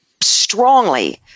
strongly